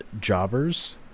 jobbers